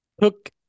took